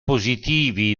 positivi